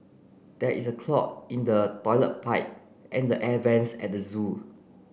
there is a clog in the toilet pipe and the air vents at the zoo